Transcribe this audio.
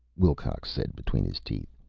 wilcox said between his teeth.